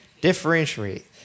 Differentiate